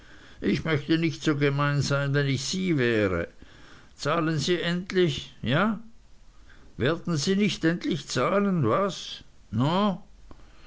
ich möchte nicht so gemein sein wenn ich sie wäre zahlen sie endlich ja werden sie nicht endlich zahlen was no